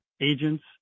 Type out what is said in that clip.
agents